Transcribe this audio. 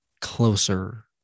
closer